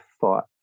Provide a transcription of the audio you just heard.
thought